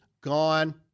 gone